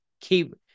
keep